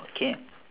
okay